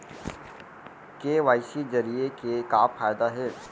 KYC जरिए के का फायदा हे?